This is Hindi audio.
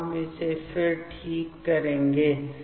तो हम इसे फिर से ठीक करेंगे